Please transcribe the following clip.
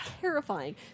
terrifying